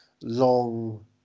long